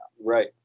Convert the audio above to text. Right